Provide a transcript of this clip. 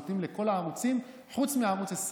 נותנים לכל הערוצים חוץ מלערוץ 20,